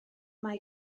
mae